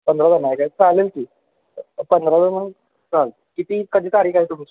पंधरा जण आहे काय चालेल की पंधरा जण चालतं किती कधी तारीख आहे तुमची